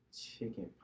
chicken